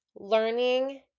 learning